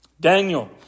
Daniel